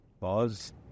pause